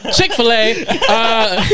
Chick-fil-A